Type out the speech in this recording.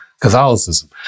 Catholicism